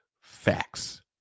facts